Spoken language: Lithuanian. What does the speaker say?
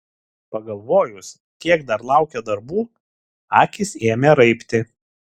pagalvojus kiek dar laukia darbų akys ėmė raibti